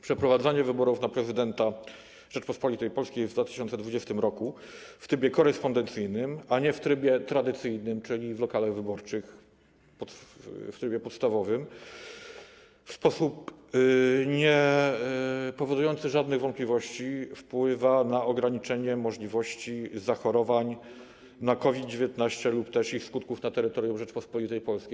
Przeprowadzanie wyborów na prezydenta Rzeczypospolitej Polskiej w 2020 r. w trybie korespondencyjnym, a nie w trybie tradycyjnym, czyli w lokalach wyborczych, w trybie podstawowym, w sposób niepowodujący żadnych wątpliwości wpływa na ograniczenie możliwości zachorowań na COVID-19 lub też ich skutków na terytorium Rzeczypospolitej Polskiej.